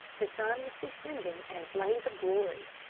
the sun was descending in a blaze of glory.